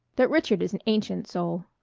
that richard is an ancient soul.